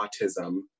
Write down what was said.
autism